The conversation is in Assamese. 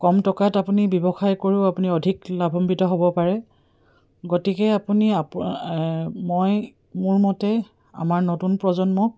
কম টকাত আপুনি ব্যৱসায় কৰিও আপুনি অধিক লাভম্বিত হ'ব পাৰে গতিকে আপুনি মই মোৰ মতে আমাৰ নতুন প্ৰজন্মক